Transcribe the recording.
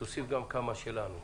אני אוסיף כמה משלי.